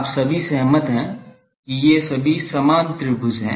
आप सभी सहमत हैं कि ये सभी समान त्रिभुज हैं